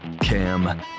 Cam